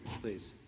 please